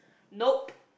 nope